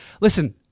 listen